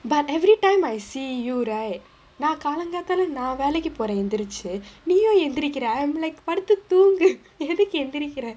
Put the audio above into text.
but every time I see you right நா காலங்காத்தல நா வேலைக்கு போற எந்திருச்சு நீயும் எந்திரிக்கிற:naa kaalankaathaala naa velaikku pora enthiruchu neeyum enthirikkira I'm like படுத்து தூங்கு எதுக்கு எந்திரிக்கிற:paduthu thoongu ethukku enthirikkira